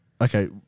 Okay